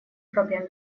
проблем